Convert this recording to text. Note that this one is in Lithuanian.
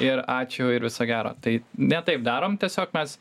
ir ačiū ir viso gero tai ne taip darom tiesiog mes